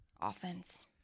Offense